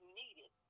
needed